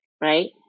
Right